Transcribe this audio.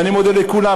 ואני מודה לכולם.